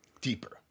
deeper